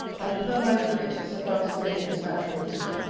and refer my reader to sir francis bacon's natural history,